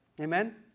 Amen